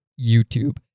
YouTube